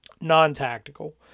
non-tactical